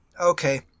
okay